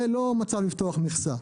זה לא מצב לפתוח מכסה.